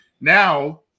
now